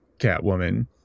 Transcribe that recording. Catwoman